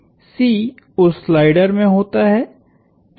C उस slider में होता है